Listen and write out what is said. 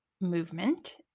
movement